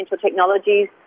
technologies